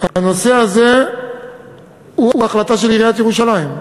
הנושא הזה הוא החלטה של עיריית ירושלים.